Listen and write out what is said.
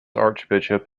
archbishop